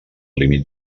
límit